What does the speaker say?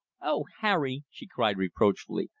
oh, harry! she cried reproachfully.